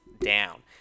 down